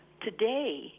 today